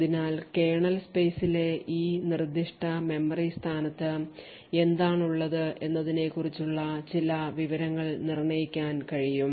അതിനാൽ കേർണൽ സ്പേസിലെ ഈ നിർദ്ദിഷ്ട മെമ്മറി സ്ഥാനത്ത് എന്താണുള്ളത് എന്നതിനെക്കുറിച്ചുള്ള ചില വിവരങ്ങൾ നിർണ്ണയിക്കാൻ കഴിയും